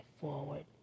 forward